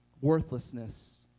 Worthlessness